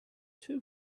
too